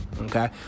okay